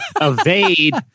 evade